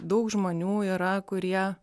daug žmonių yra kurie